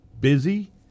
busy